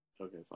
Okay